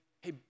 hey